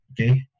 Okay